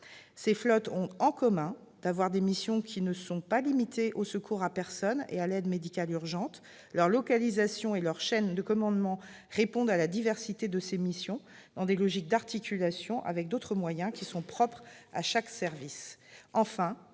Ces flottes ont en commun d'avoir des missions qui ne sont pas limitées au secours à personne et à l'aide médicale urgente. Leur localisation et leurs chaînes de commandement répondent à la diversité de ces missions, dans des logiques d'articulation avec d'autres moyens qui sont propres à chaque service.